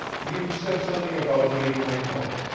you said something about needing my help.